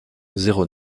zéro